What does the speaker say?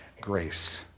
grace